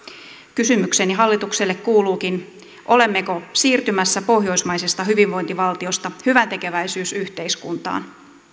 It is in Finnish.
kysymykseni hallitukselle kuuluukin olemmeko siirtymässä pohjoismaisesta hyvinvointivaltiosta hyväntekeväisyysyhteiskuntaan